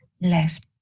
left